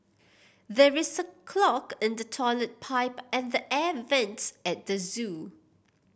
there is a clog in the toilet pipe and the air vents at the zoo